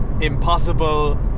impossible